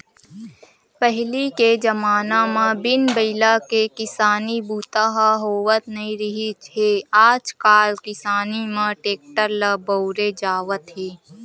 पहिली के जमाना म बिन बइला के किसानी बूता ह होवत नइ रिहिस हे आजकाल किसानी म टेक्टर ल बउरे जावत हे